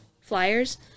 flyers